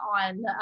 on